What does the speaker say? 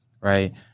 Right